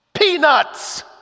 peanuts